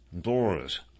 doors